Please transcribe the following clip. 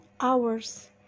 hours